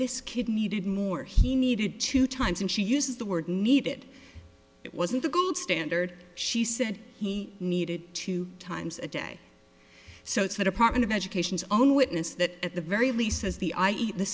this kid needed more he needed two times and she uses the word need it it wasn't the gold standard she said he needed two times a day so it's the department of education's own witness that at the very least has the i e the